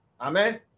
Amen